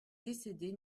décédés